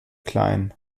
klein